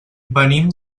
venim